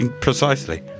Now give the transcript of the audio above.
Precisely